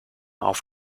auf